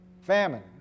famine